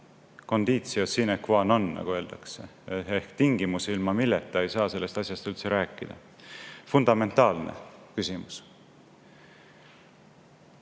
sine qua non, nagu öeldakse, ehk tingimus, ilma milleta ei saa sellest asjast üldse rääkida. See on fundamentaalne küsimus.